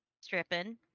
stripping